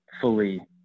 fully